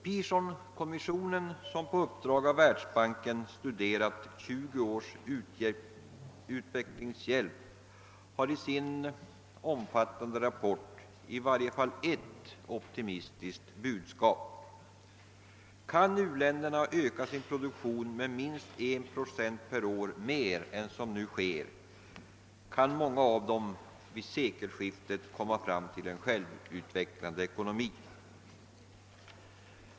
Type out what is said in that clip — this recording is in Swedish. Pearsonkommissionen, som på uppdrag av Världsbanken har studerat tjugo års utvecklingshjälp, har i sin omfattande rapport i varje fall ett optimistiskt budskap: Kan u-länderna utöka sin produktion med minst 1 procent per år mer än som nu sker kan många av dem vid sekelskiftet komma fram till en självutvecklande ekonomi.